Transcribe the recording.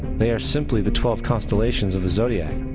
they are simply the twelve constellations of the zodiac,